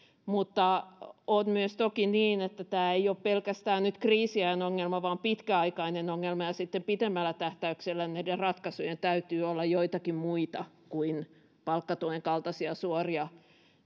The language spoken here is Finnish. mutta on toki myös niin että tämä ei ole pelkästään nyt kriisiajan ongelma vaan pitkäaikainen ongelma ja sitten pitemmällä tähtäyksellä näiden ratkaisujen täytyy olla joitakin muita kuin palkkatuen kaltaisia suoria